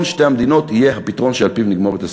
שתי המדינות יהיה הפתרון שעל-פיו נגמור את הסכסוך.